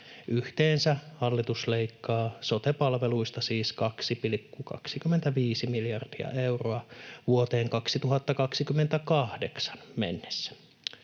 Yhteensä hallitus leikkaa sote-palveluista siis 2,25 miljardia euroa vuoteen 2028 mennessä.